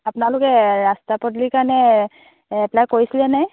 আপোনালোকে ৰাস্তা পদূলিৰ কাৰণে এপ্লাই কৈছিলেনে